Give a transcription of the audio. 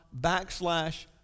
backslash